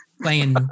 playing